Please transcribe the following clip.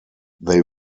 they